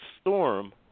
Storm